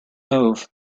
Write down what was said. move